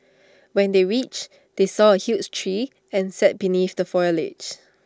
when they reached they saw A huge tree and sat beneath the foliage